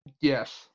Yes